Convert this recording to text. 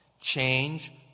change